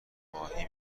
ماهی